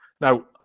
now